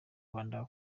rwanda